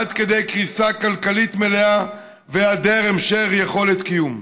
עד כדי קריסה כלכלית מלאה והיעדר המשך יכולת קיום.